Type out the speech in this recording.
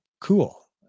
Cool